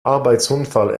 arbeitsunfall